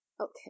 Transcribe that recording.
okay